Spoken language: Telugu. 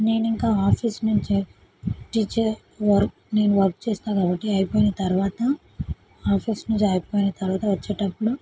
నేను ఇంకా ఆఫీస్ నుంచి టీచర్ వర్క్ నేను వర్క్ చేస్తాను కాబట్టి అయిపోయిన తరువాత ఆఫీస్ నుంచి అయిపోయిన తరువాత వచ్చేటప్పుడు